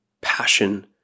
passion